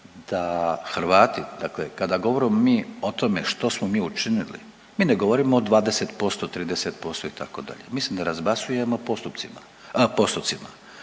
da Hrvati, dakle kada govorimo mi o tome što smo mi učinili, mi ne govorimo o 20%, 30% itd. mi s ne razbacujemo postupcima, postocima,